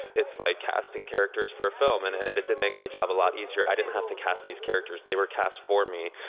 it's like casting characters for a film, and and it it did make my job a lot easier, i didn't have to cast these characters, they were cast for me.